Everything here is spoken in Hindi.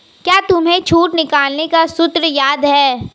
क्या तुम्हें छूट निकालने का सूत्र याद है?